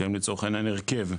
שהם לצורך העניין הרכב,